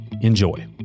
Enjoy